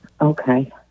Okay